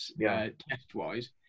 test-wise